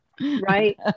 Right